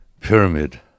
pyramid